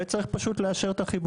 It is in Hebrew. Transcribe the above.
זה גם מתחם מפורט שצריך לאשר אותו as